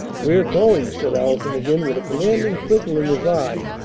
we're going! said allison, again with a commanding twinkle in his eye.